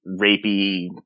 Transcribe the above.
rapey